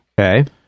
Okay